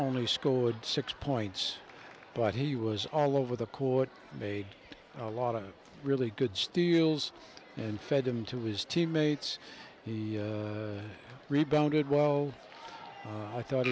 only scored six points but he was all over the court made a lot of really good steals and fed them to his teammates the rebounded well i thought